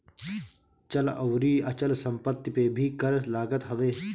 चल अउरी अचल संपत्ति पे भी कर लागत हवे